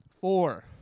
Four